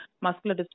muscular